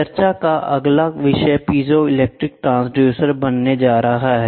चर्चा का अगला विषय पीजो इलेक्ट्रिक ट्रांसड्यूसर बनने जा रहा है